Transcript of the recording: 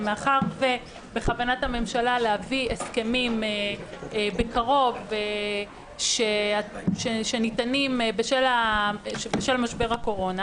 ומאחר שבכוונת הממשלה להביא בקרוב הסכמים שניתנים בשל משבר הקורונה,